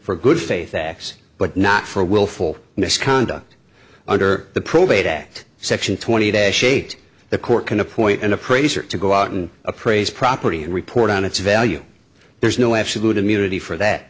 for good faith acts but not for willful misconduct under the probate act section twenty days shaped the court can appoint an appraiser to go out and appraise property and report on its value there's no absolute immunity for that